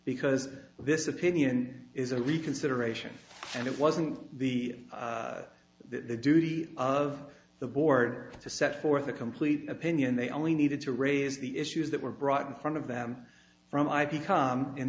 because this opinion is a reconsideration and it wasn't the the duty of the board to set forth a complete opinion they only needed to raise the issues that were brought in front of them from i become in